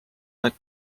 aeg